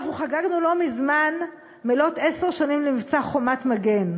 אנחנו חגגנו לא מזמן מלאות עשר שנים למבצע "חומת מגן",